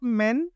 men